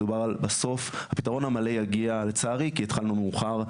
מדובר על בסוף הפתרון המלא יגיע לצערי כי התחלנו מאוחר,